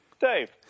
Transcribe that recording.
dave